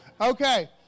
Okay